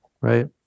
right